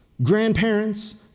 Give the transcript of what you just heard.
grandparents